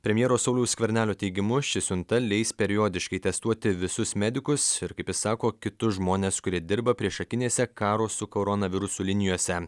premjero sauliaus skvernelio teigimu ši siunta leis periodiškai testuoti visus medikus ir kaip jis sako kitus žmones kurie dirba priešakinėse karo su koronavirusu linijose